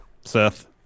Seth